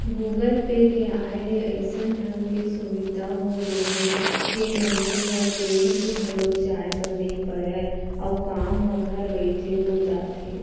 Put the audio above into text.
Google Pay के आय ले अइसन ढंग के सुभीता हो गए हे के मनसे ल बेंक घलौ जाए बर नइ परय अउ काम ह घर बइठे हो जाथे